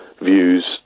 views